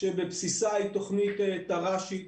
שבבסיסה היא תוכנית תר"שית,